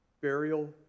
burial